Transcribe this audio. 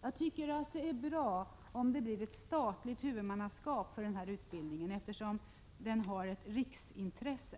Jag tycker det är bra om det blir ett statligt huvudmannaskap för utbildningen, eftersom den har ett riksintresse.